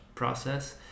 process